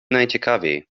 najciekawiej